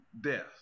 death